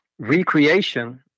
Recreation